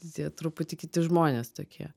tie truputį kiti žmonės tokie